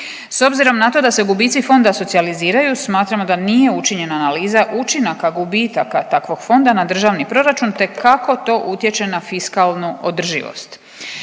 S obzirom na to da se gubici fonda socijaliziraju smatramo da nije učinjena analiza učinaka gubitaka takvog fonda na državni proračun, te kako to utječe na fiskalnu održivost.